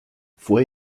fue